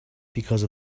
because